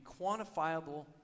quantifiable